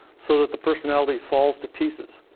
so that the personality falls to pieces.